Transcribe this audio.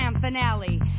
finale